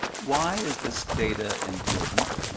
why is this data important?